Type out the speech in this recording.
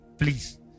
please